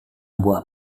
buah